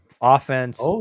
offense